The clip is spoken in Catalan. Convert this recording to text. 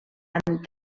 amb